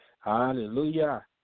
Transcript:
hallelujah